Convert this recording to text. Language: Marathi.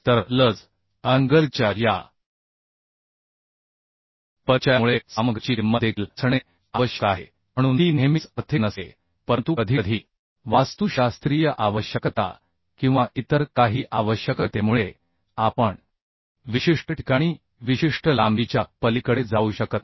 तरलज अँगलच्या या परिचयामुळे सामग्रीची किंमत देखील असणे आवश्यक आहे म्हणून ती नेहमीच आर्थिक नसते परंतु कधीकधी वास्तुशास्त्रीय आवश्यकता किंवा इतर काही आवश्यकतेमुळे आपण विशिष्ट ठिकाणी विशिष्ट लांबीच्या पलीकडे जाऊ शकत नाही